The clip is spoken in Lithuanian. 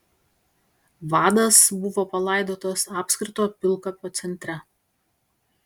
vadas buvo palaidotas apskrito pilkapio centre